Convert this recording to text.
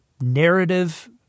narrative